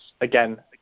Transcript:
again